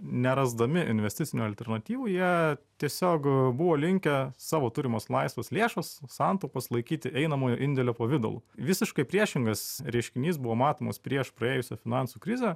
nerasdami investicinių alternatyvų jie tiesiog buvo linkę savo turimas laisvas lėšas santaupas laikyti einamojo indėlio pavidalu visiškai priešingas reiškinys buvo matomas prieš praėjusią finansų krizę